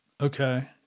Okay